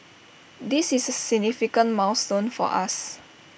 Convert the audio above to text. this is A significant milestone for us